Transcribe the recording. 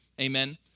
Amen